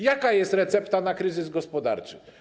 Jaka jest recepta na kryzys gospodarczy?